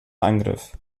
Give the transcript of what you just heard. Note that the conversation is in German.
angriff